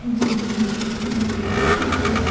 जी जी जी शुक्रिया